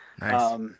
Nice